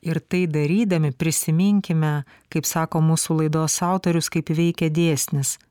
ir tai darydami prisiminkime kaip sako mūsų laidos autorius kaip veikia dėsnis